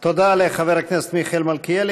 תודה לחבר הכנסת מיכאל מלכיאלי.